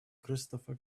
christopher